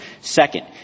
Second